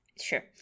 Sure